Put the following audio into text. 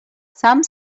some